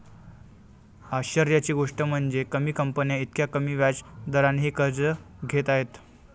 आश्चर्याची गोष्ट म्हणजे, कमी कंपन्या इतक्या कमी व्याज दरानेही कर्ज घेत आहेत